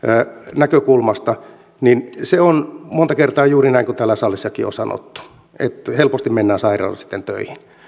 näkökulmasta niin se on monta kertaa juuri näin kuin täällä salissakin on sanottu että helposti mennään sairaana sitten töihin